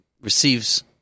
receives